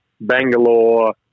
Bangalore